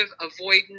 avoidant